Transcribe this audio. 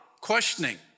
questioning